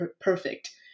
perfect